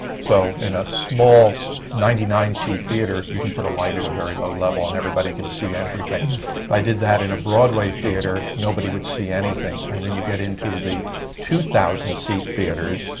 so in a small so ninety nine seat theatre, you can put a light at a very low level, and everybody can see everything. if i did that in a broadway theatre, nobody would see anything. and then you get into the two thousand seat theatres,